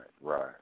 right